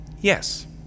Yes